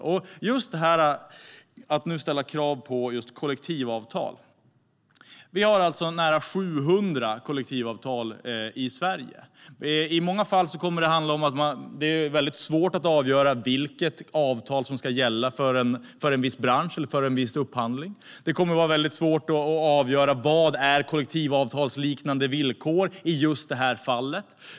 När det gäller att ställa krav på just kollektivavtal har vi nära 700 sådana avtal i Sverige. I många fall kommer det att handla om att det är svårt att avgöra vilket avtal som ska gälla för en viss bransch eller upphandling. Det kommer att vara väldigt svårt att avgöra vad som är kollektivavtalsliknande villkor i just det fallet.